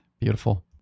Beautiful